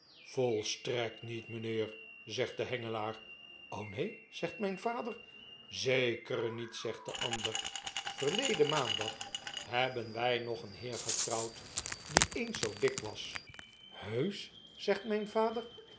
volstrekt niet mijnheerj zegt de engelaar neen zegt mijn vader zeker niet zegt de ander verleden maandag hebben wij nog een heer getrouwd die eens zoo dik was t heusch zegt mijn vader